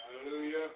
Hallelujah